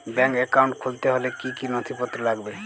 Bank account খুলতে হলে কি কি নথিপত্র লাগবে?